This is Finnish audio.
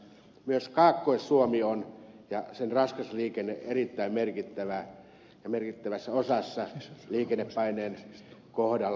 myös kaakkois suomi ja sen raskas liikenne on erittäin merkittävä ja merkittävässä osassa liikennepaineen kohdalla